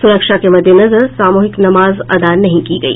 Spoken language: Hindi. सुरक्षा के मद्देनजर सामूहिक नमाज अदा नहीं की गई